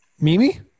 Mimi